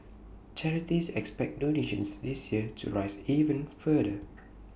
charities expect donations this year to rise even further